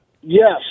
Yes